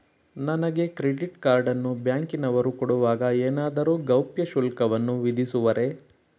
ನನಗೆ credit card ಅನ್ನು ಬ್ಯಾಂಕಿನವರು ಕೊಡುವಾಗ ಏನಾದರೂ ಗೌಪ್ಯ ಶುಲ್ಕವನ್ನು ವಿಧಿಸುವರೇ?